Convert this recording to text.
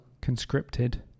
conscripted